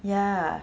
ya